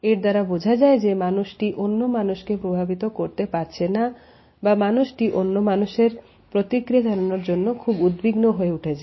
এর দ্বারা বোঝা যায় যে মানুষটি অন্য মানুষকে প্রভাবিত করতে পারছে না বা মানুষটি অন্য মানুষের প্রতিক্রিয়া জানানোর জন্য খুব উদ্বিগ্ন হয়ে উঠেছে